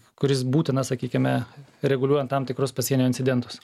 kuris būtinas sakykime reguliuojant tam tikrus pasienio incidentus